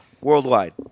Worldwide